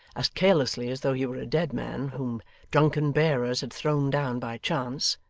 as carelessly as though he were a dead man whom drunken bearers had thrown down by chance,